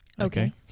Okay